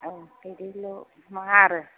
औ बिदिल' मा आरो